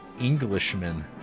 Englishman